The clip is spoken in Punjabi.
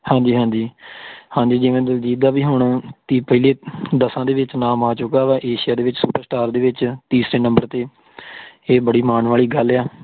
ਹਾਂਜੀ ਹਾਂਜੀ ਹਾਂਜੀ ਜਿਵੇਂ ਦਲਜੀਤ ਦਾ ਵੀ ਹੁਣ ਤੀ ਪਹਿਲੀ ਦਸਾਂ ਦੇ ਵਿੱਚ ਨਾਮ ਆ ਚੁੱਕਾ ਵਾ ਏਸ਼ੀਆ ਦੇ ਵਿੱਚ ਸੁਪਰ ਸਟਾਰ ਦੇ ਵਿੱਚ ਤੀਸਰੇ ਨੰਬਰ 'ਤੇ ਇਹ ਬੜੀ ਮਾਣ ਵਾਲੀ ਗੱਲ ਆ